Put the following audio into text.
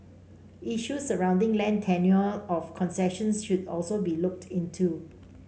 issues surrounding land tenure of concessions should also be looked into